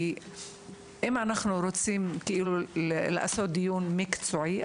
כי אם אנחנו רוצים לעשות דיון מקצועי,